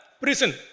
prison